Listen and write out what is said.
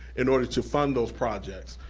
in order to fund those projects.